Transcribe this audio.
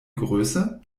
größe